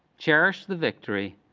cherish the victory,